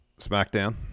SmackDown